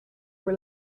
were